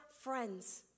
friends